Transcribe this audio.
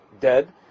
dead